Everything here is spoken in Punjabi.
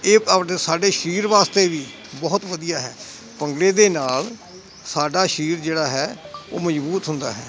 ਇਹ ਆਪਣੇ ਸਾਡੇ ਸਰੀਰ ਵਾਸਤੇ ਵੀ ਬਹੁਤ ਵਧੀਆ ਹੈ ਭੰਗੜੇ ਦੇ ਨਾਲ ਸਾਡਾ ਸਰੀਰ ਜਿਹੜਾ ਹੈ ਉਹ ਮਜ਼ਬੂਤ ਹੁੰਦਾ ਹੈ